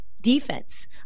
defense